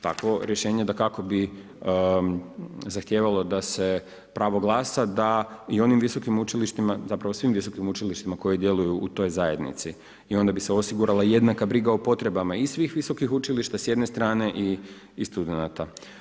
Takvo rješenje dakako bi zahtijevalo da se pravo glasa da i onim visokim učilištima, zapravo svim visokim učilištima koji djeluju u toj zajednici i onda bi se osigurala jednaka briga o potrebama i svih visokih učilišta s jedne strane i studenata.